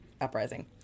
uprising